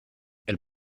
elle